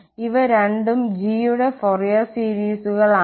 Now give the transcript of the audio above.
ഇവ രണ്ടും g യുടെ ഫോറിയർ സീരീസുകൾ ആണ്